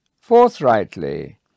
forthrightly